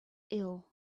ill